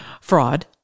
fraud